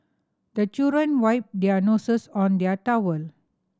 the children wipe their noses on their towel